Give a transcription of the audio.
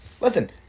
Listen